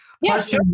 Yes